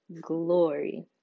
glory